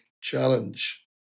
challenge